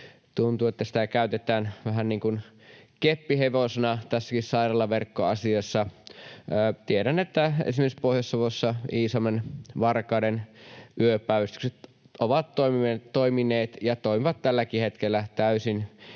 Tuntuu, että sitä käytetään vähän niin kuin keppihevosena tässä sairaalaverkkoasiassakin. Tiedän, että esimerkiksi Pohjois-Savossa Iisalmen ja Varkauden yöpäivystykset ovat toimineet ja toimivat tälläkin hetkellä täysin